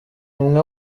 umwe